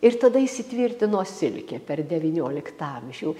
ir tada įsitvirtino silkė per devynioliktą amžių